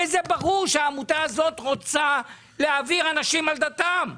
הרי זה ברור שהעמותה הזאת רוצה להעביר אנשים על דתם.